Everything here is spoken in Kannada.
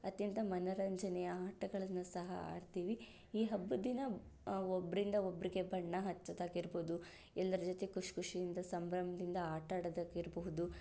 ಅತ್ಯಂತ ಮನೋರಂಜನೆಯ ಆಟಗಳನ್ನು ಸಹ ಆಡ್ತೀವಿ ಈ ಹಬ್ಬದ ದಿನ ಒಬ್ಬರಿಂದ ಒಬ್ಬರಿಗೆ ಬಣ್ಣ ಹಚ್ಚೋದಾಗಿರ್ಬೋದು ಎಲ್ಲರ ಜೊತೆ ಖುಷಿ ಖುಷಿಯಿಂದ ಸಂಭ್ರಮದಿಂದ ಆಟಾಡೋದಾಗಿರ್ಬೋದು